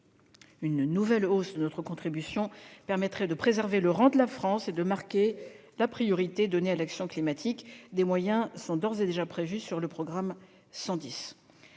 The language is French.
Une nouvelle hausse de notre contribution permettrait de préserver le rang de la France et de marquer la priorité donnée à l'action climatique. Des moyens ont d'ores et déjà été prévus sur le programme 110.